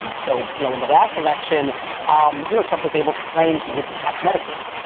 and so you know in the last election um you know trump was able to claim he would protect medicaid.